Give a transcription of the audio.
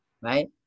Right